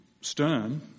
stern